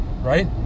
right